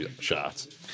shots